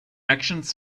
actions